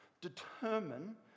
determine